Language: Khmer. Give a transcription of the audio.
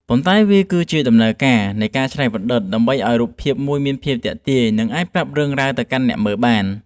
ប៉ុន្តែវាគឺជាដំណើរការនៃការច្នៃប្រឌិតដើម្បីធ្វើឱ្យរូបភាពមួយមានភាពទាក់ទាញ និងអាចប្រាប់រឿងរ៉ាវទៅកាន់អ្នកមើលបាន។